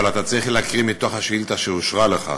אבל אתה צריך להקריא מתוך השאילתה שאושרה לך.